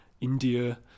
India